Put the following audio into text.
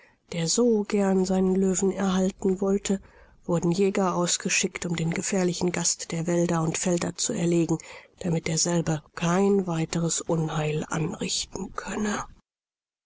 der so gern seinen löwen erhalten wollte wurden jäger ausgeschickt um den gefährlichen gast der wälder und felder zu erlegen damit derselbe kein weiteres unheil anrichten könne